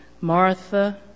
Martha